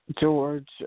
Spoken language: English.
George